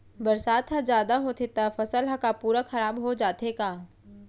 बरसात ह जादा होथे त फसल ह का पूरा खराब हो जाथे का?